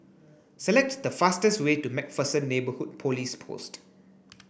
select the fastest way to MacPherson Neighbourhood Police Post